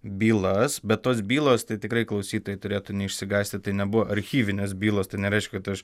bylas bet tos bylos tai tikrai klausytojai turėtų neišsigąsti tai nebuvo archyvinės bylos tai nereiškia kad aš